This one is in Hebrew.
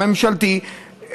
הממשלתי,